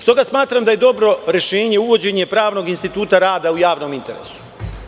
Smatram da je dobro rešenje uvođenje pravnog instituta rada u javnom interesu.